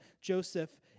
Joseph